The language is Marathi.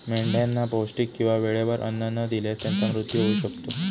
मेंढ्यांना पौष्टिक किंवा वेळेवर अन्न न दिल्यास त्यांचा मृत्यू होऊ शकतो